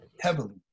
heavily